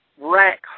rack